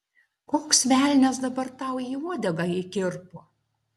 koks velnias dabar tau į uodegą įkirpo